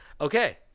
Okay